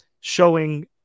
showing